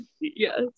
yes